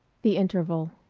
the interval